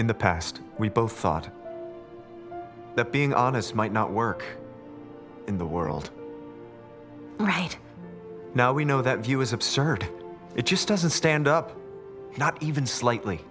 in the past we both thought that being honest might not work in the world right now we know that view is absurd it just doesn't stand up not even slightly